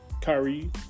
Kyrie